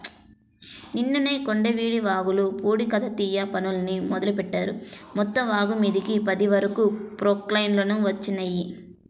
నిన్ననే కొండవీటి వాగుల పూడికతీత పనుల్ని మొదలుబెట్టారు, మొత్తం వాగుమీదకి పది వరకు ప్రొక్లైన్లు వచ్చినియ్యి